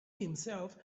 himself